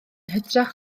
hytrach